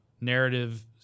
narrative